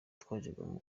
twajyaga